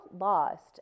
lost